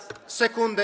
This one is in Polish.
Sekunda.